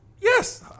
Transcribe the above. Yes